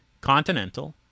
continental